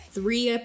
three